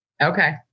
Okay